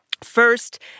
First